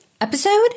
episode